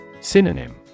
Synonym